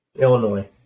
Illinois